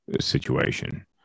situation